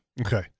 Okay